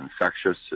infectious